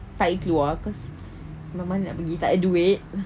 tak boleh keluar cause mana-mana pergi tak ada duit